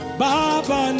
baba